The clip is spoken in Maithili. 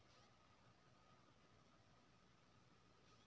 माइक्रोफाइनेंस विश्वासनीय माध्यम होय छै?